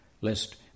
lest